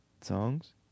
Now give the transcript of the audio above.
songs